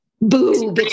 boo